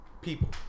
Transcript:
people